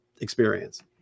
experience